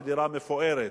ודירה מפוארת,